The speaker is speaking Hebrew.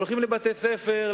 הולכים לבתי-ספר,